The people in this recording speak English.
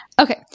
Okay